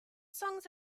songs